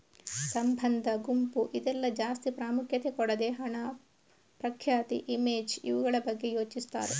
ಸಂಬಂಧ, ಗುಂಪು ಇದ್ಕೆಲ್ಲ ಜಾಸ್ತಿ ಪ್ರಾಮುಖ್ಯತೆ ಕೊಡದೆ ಹಣ, ಪ್ರಖ್ಯಾತಿ, ಇಮೇಜ್ ಇವುಗಳ ಬಗ್ಗೆ ಯೋಚಿಸ್ತಾರೆ